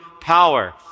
power